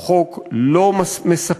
הוא חוק לא מספק,